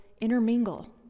intermingle